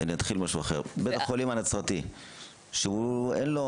בית החולים הנצרתי שאין לו